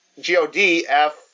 G-O-D-F